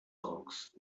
koks